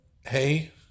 hey